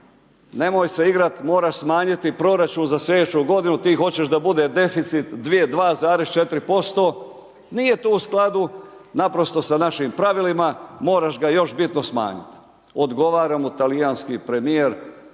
nemoj se igrati, moraš smanjiti proračun za slijedeću godinu, ti hoćeš da bude deficit 2,4%, nije to u skladu naprosto s našim Pravilima, moraš ga još bitno smanjiti. Odgovara mu talijanski premijer,